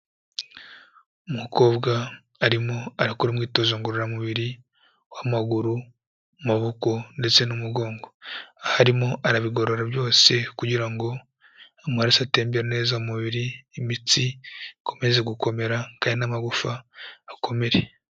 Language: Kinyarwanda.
Umukobwa arimo arakora umwitozo ngororamubiri w'amaguru, amaboko ndetse n'umugongo, aho arimo arabigorora byose kugira ngo amaraso atembere neza mu mubiri, imitsi ikomeze gukomera kandi n'amagufa akomere.